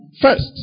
first